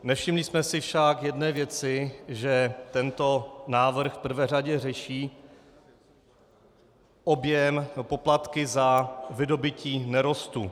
Nevšimli jsme si však jedné věci že tento návrh v prvé řadě řeší poplatky za vydobytí nerostů.